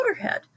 Motorhead